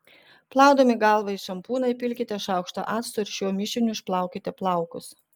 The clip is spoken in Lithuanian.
plaudami galvą į šampūną įpilkite šaukštą acto ir šiuo mišiniu išplaukite plaukus